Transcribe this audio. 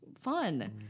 fun